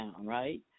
right